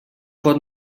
pot